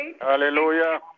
Hallelujah